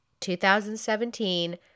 2017